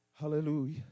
hallelujah